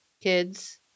kids